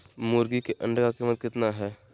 मुर्गी के अंडे का कीमत कितना है?